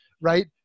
Right